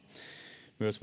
myös